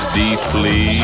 deeply